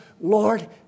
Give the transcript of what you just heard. Lord